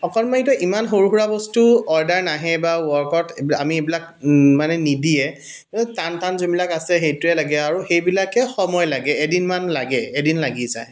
অকণমানিতো ইমান সৰুসুৰা বস্তু অৰ্ডাৰ নাহেই বা ৱৰ্কত মানে আমি এইবিলাক মানে নিদিয়ে আৰু টান টান যোনবিলাক আছে সেইটোৱে লাগে আৰু সেইবিলাকে সময় লাগে এদিনমান লাগে এদিন লাগি যায়